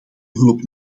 hulp